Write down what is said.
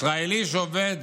ישראלי שעובד